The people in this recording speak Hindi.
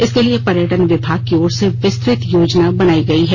इसके लिए पर्यटन विभाग की ओर से विस्तृत योजना बनायी गयी है